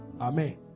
Amen